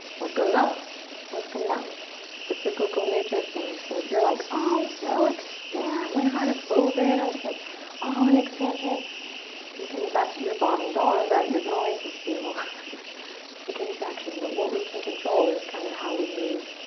what goes up must come down the cyclical nature of things. so if you're like i'm um so expand my heart is open. i'm just like all an expansion you can bet your bottom dollar that you're going to feel the contraction but what we can control is kind of how we move